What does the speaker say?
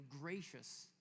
gracious